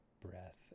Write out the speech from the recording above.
breath